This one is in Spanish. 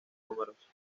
números